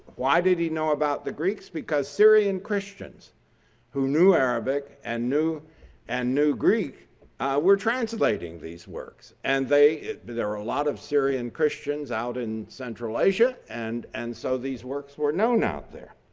why did he know about the greeks? because syrian christians who knew arabic and and knew greek were translating these works and they but there are a lot of syrian christians out in central asia. and and so, these works were known out there.